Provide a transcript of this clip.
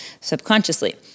subconsciously